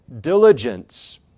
diligence